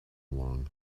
long